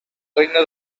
regne